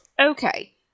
Okay